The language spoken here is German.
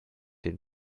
den